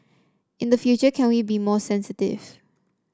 in the future can we be more sensitive